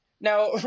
now